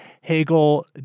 Hegel